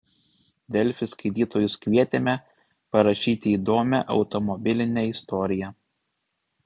delfi skaitytojus kvietėme parašyti įdomią automobilinę istoriją